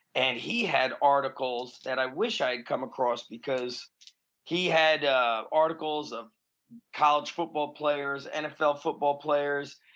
and he had articles that i wish i had come across because he had ah articles of college football players, nfl football players,